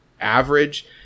average